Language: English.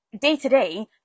day-to-day